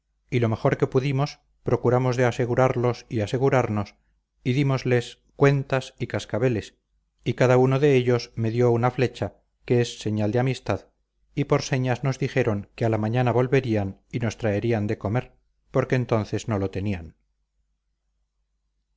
y lo mejor que pudimos procuramos de asegurarlos y asegurarnos y dímosles cuentas y cascabeles y cada uno de ellos me dio una flecha que es señal de amistad y por señas nos dijeron que a la mañana volverían y nos traerían de comer porque entonces no lo tenían